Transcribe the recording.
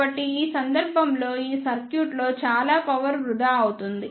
కాబట్టి ఈ సందర్భంలో ఈ సర్క్యూట్లో చాలా పవర్ వృధా అవుతుంది